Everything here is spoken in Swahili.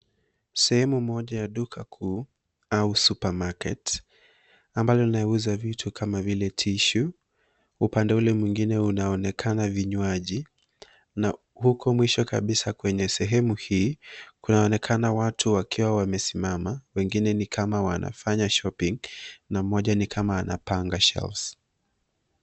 Sehemu moja ya duka kuu au Super Market ambalo linauza vitu kama vile tishu, upande ule mwingine unaonekana vinywaji na huko mwisho kabisa kwenye sehemu hii kunaonekana watu wakiwa wamesimama wengine ni kama wanafanya Shopping na moja ni kama anapanga Shelves